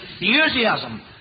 enthusiasm